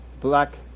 black